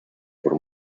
por